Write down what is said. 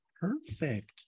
Perfect